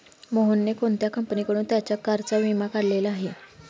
मोहनने कोणत्या कंपनीकडून त्याच्या कारचा विमा काढलेला आहे?